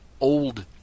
old